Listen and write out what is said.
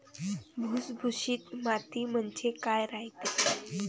भुसभुशीत माती म्हणजे काय रायते?